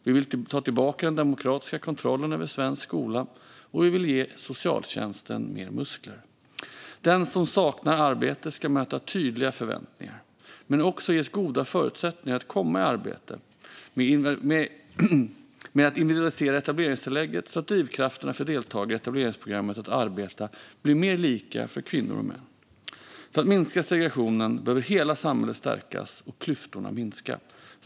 Vi vill ta tillbaka den demokratiska kontrollen över svensk skola, och vi vill ge socialtjänsten mer muskler. Den som saknar arbete ska möta tydliga förväntningar men också ges goda förutsättningar att komma i arbete. Etableringstillägget ska individualiseras, så att drivkrafterna för deltagare i etableringsprogrammet att arbeta blir mer lika för kvinnor och män. För att minska segregationen behöver hela samhället stärkas och klyftorna minska.